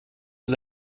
aux